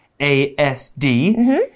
ASD